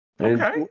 Okay